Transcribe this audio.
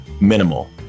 Minimal